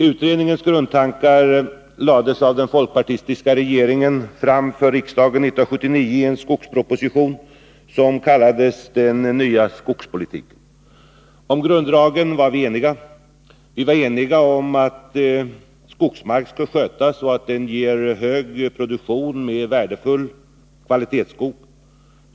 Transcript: Utredningens grundtankar lades emellertid av den folkpartistiska regeringen fram för riksdagen 1979 i en skogsproposition som kallades den nya skogspolitiken. Om grunddragen var vi eniga. Vi var eniga om att skogsmark skall skötas så att den ger hög produktion av värdefull kvalitetsskog.